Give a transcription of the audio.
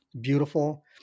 beautiful